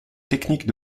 technique